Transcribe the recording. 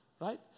right